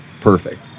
perfect